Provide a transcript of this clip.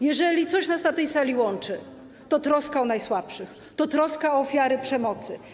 Jeżeli coś nas na tej sali łączy, to troska o najsłabszych, to troska o ofiary przemocy.